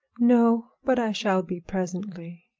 no but i shall be presently.